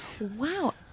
Wow